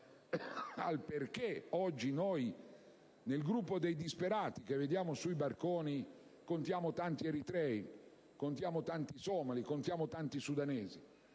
al perché oggi, nel gruppo dei disperati che vediamo sui barconi, contiamo tanti eritrei, tanti somali e tanti sudanesi.